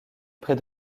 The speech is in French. près